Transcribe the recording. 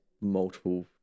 multiple